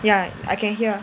ya I can hear